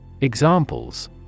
Examples